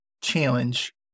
challenge